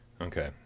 Okay